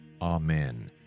Amen